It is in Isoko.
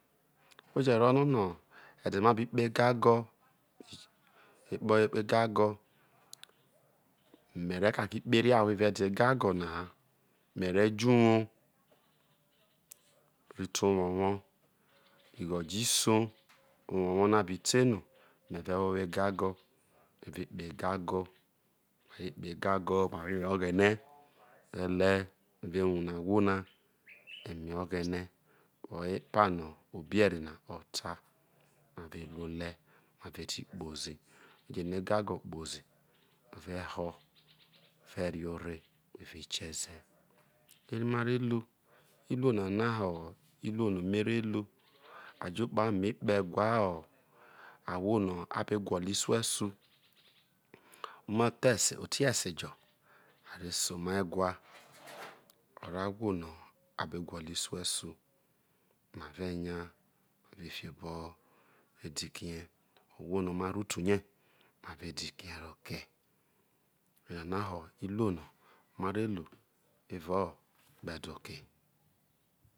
O je rono no̠ e̠de̠ no̠ abi kpoho egago whe kpoho̠ egago me̠ re̠ kake kpoho eria evao e̠de̠ egago na ha me̠re̠ jo̠ uwou rite owowo ighojo isoi owowo na bi te no meve wo̠ owo egago me bikpoho egago wha re kpoho egago whare yere o̠ghe̠ne̠ wha re̠le̠ whe̠ve̠ wuhre ahwo na eme oghe woho epuno obe eri o ta ma ve̠ ho̠ me̠ ve̠ re ore meve kiezo ere mare iruo nana ho̠ iruo no me̠re ru ajokpano me kpoho egwue aho no abe gwolo isuesu umuthesejo otie sejo are se omai egwue orro ahwo no abe gwolo isuesu ma ve nya ma ve fioboho ma ve dikihe ohwo no ma rro utu ne mare dikihe aro kee enana ho iruo no ma re ru evao okpe doke